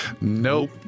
Nope